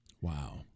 Wow